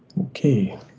Okay